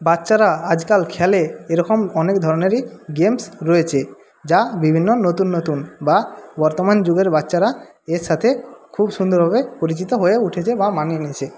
বাচ্চারা আজকাল খেলে এরকম অনেক ধরনেরই গেমস রয়েছে যা বিভিন্ন নতুন নতুন বা বর্তমান যুগের বাচ্চারা এর সাথে খুব সুন্দরভাবে পরিচিত হয়ে উঠেছে বা মানিয়ে নিয়েছে